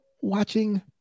watching